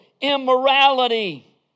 immorality